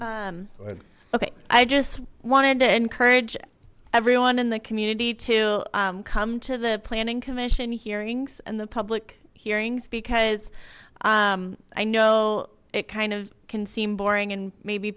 wine okay i just wanted to encourage everyone in the community to come to the planning commission hearings and the public hearings because i know it kind of can seem boring and maybe